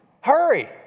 Hurry